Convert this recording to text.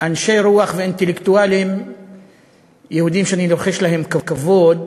אנשי רוח ואינטלקטואלים יהודים שאני רוחש להם כבוד,